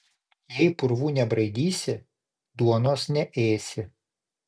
jei purvų nebraidysi duonos neėsi